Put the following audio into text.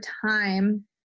time